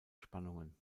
spannungen